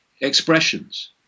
expressions